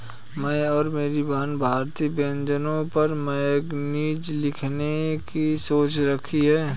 मैं और मेरी बहन भारतीय व्यंजनों पर मैगजीन लिखने की सोच रही है